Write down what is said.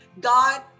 God